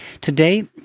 Today